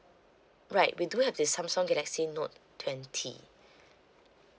right we do have the Samsung galaxy note twenty